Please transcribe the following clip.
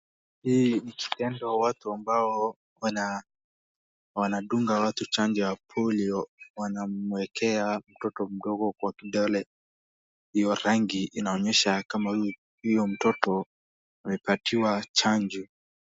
Hii ni kitendo watu ambao wanadunga watu chanjo ya polio wanamwekea mtoto mdogo kwa kidole. Hiyo rangi inaonyesha kama huyo mtoto amepatiwa chanjo.